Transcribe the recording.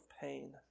pain